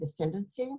descendancy